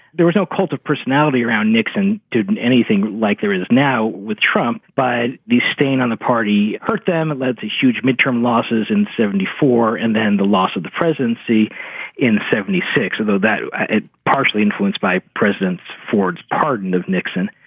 there was no cult of personality around. nixon did anything like there is now with trump. but the stain on the party hurt them and led to huge midterm losses in seventy four and then the loss of the presidency in seventy six, although that it partially influenced by presidents ford's pardon of nixon.